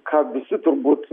ką visi turbūt